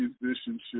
musicianship